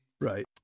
Right